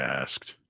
asked